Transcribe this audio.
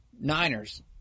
Niners